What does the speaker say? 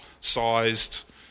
sized